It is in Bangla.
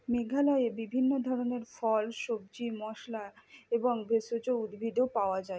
মেঘালয়ে বিভিন্ন ধরনের ফল সবজি মশলা এবং ভেষজ উদ্ভিদও পাওয়া যায়